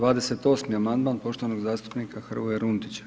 28. amandman poštovanog zastupnika Hrvoja Runtića.